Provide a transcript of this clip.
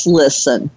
listen